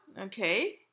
Okay